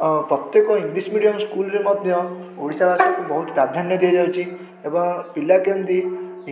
ପ୍ରତ୍ୟେକ English medium ସ୍କୁଲ୍ରେ ମଧ୍ୟ ଓଡ଼ିଶାଭାଷାକୁ ବହୁତ ପ୍ରାଧାନ୍ୟ ଦିଆଯାଉଛି ଏବଂ ପିଲା କେମିତି